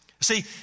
See